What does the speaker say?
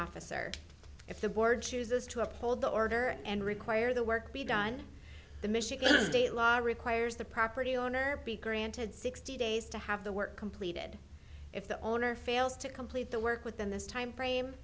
officer if the board chooses to uphold the order and require the work be done the michigan state law requires the property owner be granted sixty days to have the work completed if the owner fails to complete the work within this timeframe